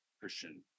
Christian